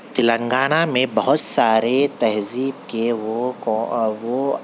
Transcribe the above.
تلنگانہ میں بہت سارے تہذیب کے وہ کو وہ